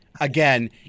Again